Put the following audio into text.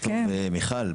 מיכל,